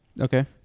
Okay